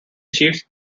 chiefs